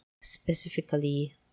specifically